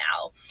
now